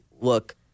look